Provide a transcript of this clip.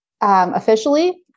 officially